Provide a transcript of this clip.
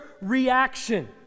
reaction